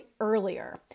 earlier